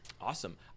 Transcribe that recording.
Awesome